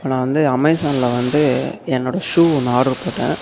இப்போ நான் வந்து அமேசானில் வந்து என்னோடய ஷூ ஒன்று ஆடர் போட்டேன்